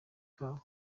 kabo